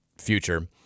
future